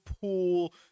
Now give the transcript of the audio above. pool